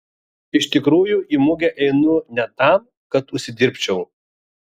iš tikrųjų į mugę einu ne tam kad užsidirbčiau